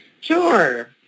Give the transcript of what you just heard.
Sure